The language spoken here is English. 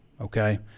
okay